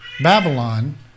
Babylon